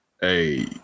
Hey